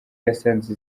yasanze